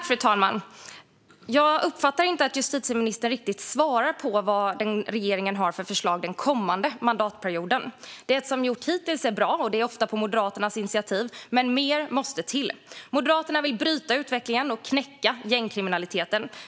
Fru talman! Jag uppfattar inte att justitieministern riktigt svarar på vad regeringen har för förslag under den kommande mandatperioden. Det som har gjorts hittills är bra, och det har ofta skett på Moderaternas initiativ, men mer måste till. Moderaterna vill bryta utvecklingen och knäcka gängkriminaliteten.